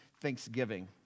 Thanksgiving